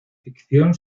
ficción